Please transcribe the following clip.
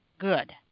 Good